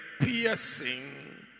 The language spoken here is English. piercing